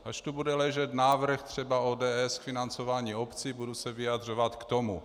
Až tu bude ležet návrh třeba ODS k financování obcí, budu se vyjadřovat k tomu.